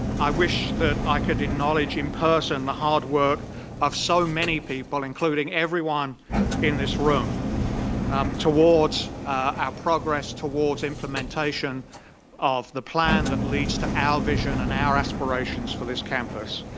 i wish that i could acknowledge in person the hard work of so many people including everyone in this room towards our progress towards implementation of the plan that leads to our vision and our aspirations for this campus.